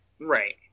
Right